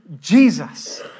Jesus